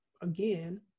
again